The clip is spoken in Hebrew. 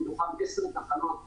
מתוכן 10 תחנות תת-קרקעיות.